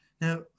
Now